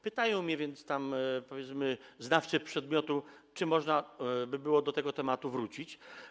Pytają mnie więc, powiedzmy, znawcy przedmiotu, czy można by było do tego tematu wrócić.